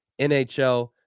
NHL